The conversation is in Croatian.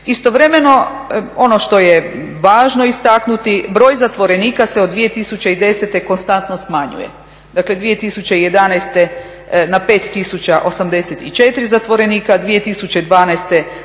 Istovremeno ono što je važno istaknuti, broj zatvorenika se od 2010. konstantno smanjuje, dakle 2011. na 5084 zatvorenika, 2012. na 4741